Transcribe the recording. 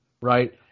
right